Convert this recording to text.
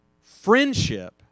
friendship